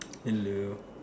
hello